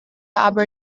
aber